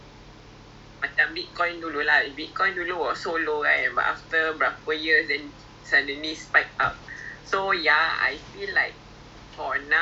dia orang akan open more outlets in more countries especially like in western countries where like macam the demand for asian foods are rising tapi supply tak banyak